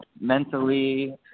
mentally